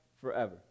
forever